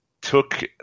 took